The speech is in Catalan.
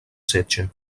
setge